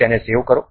તો સેવ કરો